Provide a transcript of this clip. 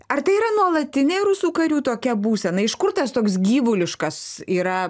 ar tai yra nuolatinė rusų karių tokia būsena iš kur tas toks gyvuliškas yra